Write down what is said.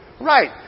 Right